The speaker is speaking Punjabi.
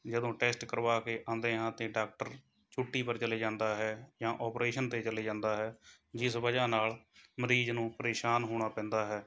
ਜਦੋਂ ਟੈਸਟ ਕਰਵਾਕੇ ਆਉਂਦੇ ਹਾਂ ਤਾਂ ਡਾਕਟਰ ਛੁੱਟੀ ਪਰ ਚਲੇ ਜਾਂਦਾ ਹੈ ਜਾਂ ਓਪਰੇਸ਼ਨ 'ਤੇ ਚਲੇ ਜਾਂਦਾ ਹੈ ਜਿਸ ਵਜ੍ਹਾ ਨਾਲ਼ ਮਰੀਜ਼ ਨੂੰ ਪ੍ਰੇਸ਼ਾਨ ਹੋਣਾ ਪੈਂਦਾ ਹੈ